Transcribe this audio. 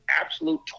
absolute